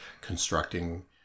constructing